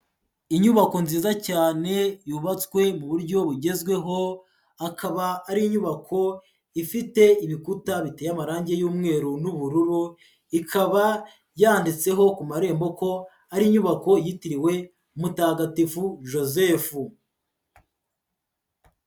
Inyubako nziza cyane yubatswe mu buryo bugezweho akaba ari inyubako ifite ibikuta bite amarange y'umweru n'ubururu, ikaba yanditseho ku marembo ko ari inyubako yitiriwe Mutagatifu Joseph.